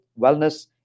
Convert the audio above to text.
wellness